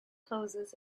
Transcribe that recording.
hoses